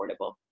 affordable